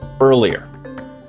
earlier